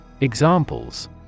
Examples